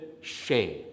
shame